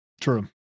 true